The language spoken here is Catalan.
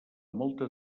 molta